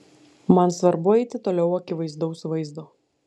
man svarbu eiti toliau akivaizdaus vaizdo